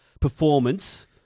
performance